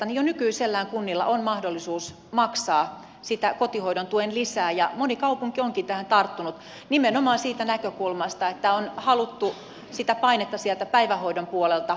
jo nykyisellään kunnilla on mahdollisuus maksaa sitä kotihoidon tuen lisää ja moni kaupunki onkin tähän tarttunut nimenomaan siitä näkökulmasta että on haluttu sitä painetta sieltä päivähoidon puolelta ottaa pois